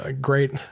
great